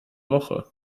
woche